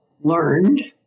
learned